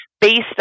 based